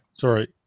Sorry